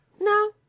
No